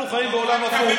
אנחנו חיים בעולם הפוך.